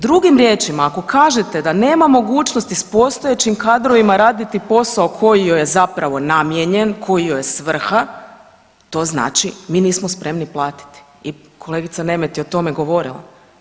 Drugim riječima ako kažete da nema mogućnosti s postojećim kadrovima raditi posao koji joj je zapravo namijenjen, koji joj je svrha, to znači, mi nismo spremni platiti i kolegica Nemet je o tome govorila.